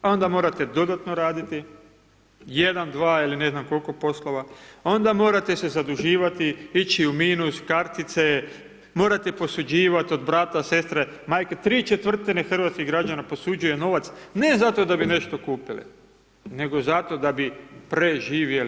Onda morate dodatno raditi, jedan, dva ili ne znam koliko poslova, onda morate se zaduživati, ići u minus, kartice, morate posuđivat od brata, sestre, majke. ¾ hrvatskih građana posuđuje novac, ne zato da bi nešto kupili, nego zato da bi preživjeli.